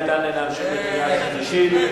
האם אפשר להמשיך לקריאה שלישית?